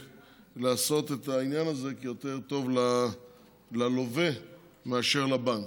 לעשות את העניין הזה כיותר טוב ללווה מאשר לבנק.